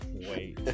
wait